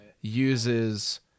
uses